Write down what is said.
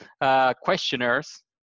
questionnaires